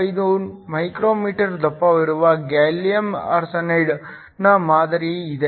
35 μm ದಪ್ಪವಿರುವ ಗ್ಯಾಲಿಯಂ ಆರ್ಸೆನೈಡ್ನ ಮಾದರಿ ಇದೆ